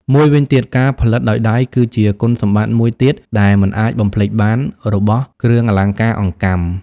មួយវិញទៀត ការផលិតដោយដៃ គឺជាគុណសម្បត្តិមួយទៀតដែលមិនអាចបំភ្លេចបានរបស់គ្រឿងអលង្ការអង្កាំ។